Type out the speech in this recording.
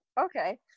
okay